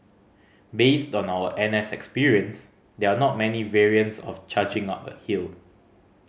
based on our N S experience there are not many variants of charging up a hill